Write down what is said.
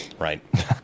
right